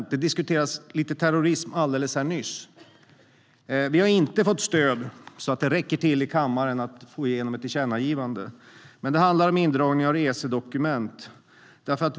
Terrorism diskuterades lite här alldeles nyss. Vi har inte fått stöd så att det räcker till i kammaren för att få igenom ett tillkännagivande. Men det handlar om indragning av resedokument.